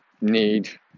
need